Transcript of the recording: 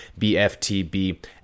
BFTB